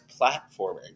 platforming